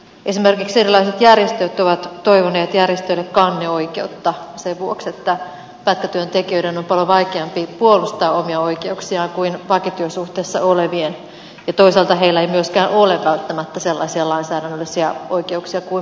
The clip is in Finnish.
esimerkiksi erilaiset järjestöt ovat toivoneet järjestöille kanneoikeutta sen vuoksi että pätkätyöntekijöiden on paljon vaikeampi puolustaa omia oikeuksiaan kuin vakityösuhteessa olevien ja toisaalta heillä ei myöskään ole välttämättä sellaisia lainsäädännöllisiä oikeuksia kuin muilla